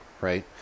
right